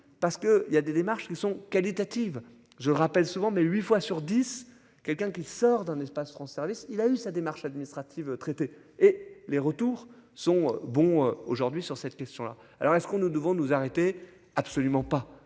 parce que il y a des démarches sont qualitative. Je rappelle souvent mais 8 fois sur 10, quelqu'un qui sort d'un espace France service il a eu sa démarche administrative traités et les retours sont bons aujourd'hui sur cette question là. Alors est-ce qu'on nous devons nous arrêter. Absolument pas,